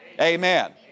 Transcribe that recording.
Amen